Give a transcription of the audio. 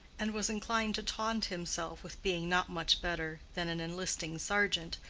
and was inclined to taunt himself with being not much better than an enlisting sergeant,